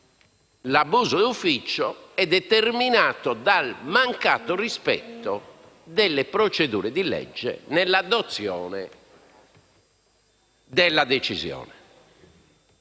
l'abuso d'ufficio è determinato dal mancato rispetto delle procedure di legge nell'adozione della decisione.